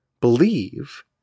believe